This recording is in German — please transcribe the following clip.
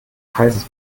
heißes